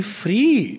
free